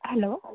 hello